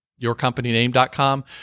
yourcompanyname.com